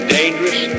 dangerous